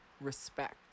respect